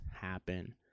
happen